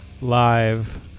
live